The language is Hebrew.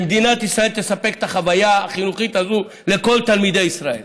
שמדינת ישראל תספק את החוויה החינוכית הזאת לכל תלמידי ישראל